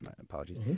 apologies